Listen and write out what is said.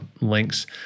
links